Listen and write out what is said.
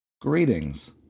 Greetings